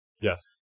Yes